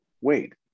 wait